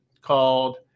called